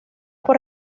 por